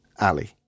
Ali